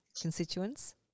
constituents